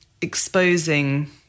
exposing